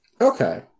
Okay